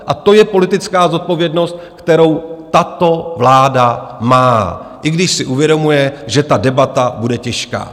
A to je politická zodpovědnost, kterou tato vláda má, i když si uvědomuje, že ta debata bude těžká.